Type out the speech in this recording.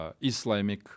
Islamic